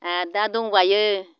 आरो दा दंबावो